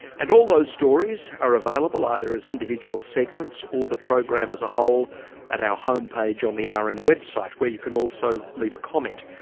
and all those stories are available either as individual segments or the program as a whole at our home page on the rn and website where you can also leave a comment.